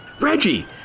Reggie